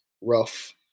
rough